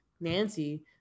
Nancy